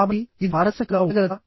కాబట్టి ఇది పారదర్శకంగా ఉండగలదా